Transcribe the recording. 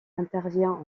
intervient